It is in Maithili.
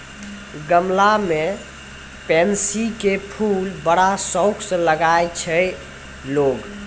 गमला मॅ पैन्सी के फूल बड़ा शौक स लगाय छै लोगॅ